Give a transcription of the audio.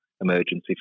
emergency